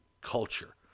culture